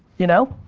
you know?